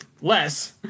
less